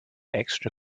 extra